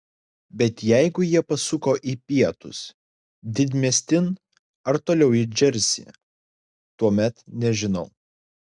bet jeigu jie pasuko į pietus didmiestin ar toliau į džersį tuomet nežinau